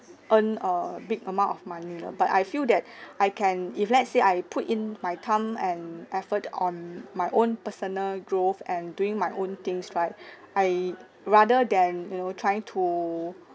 earn err big amount of money uh but I feel that I can if let's say I put in my time and effort on my own personal growth and doing my own things right I rather than you know trying to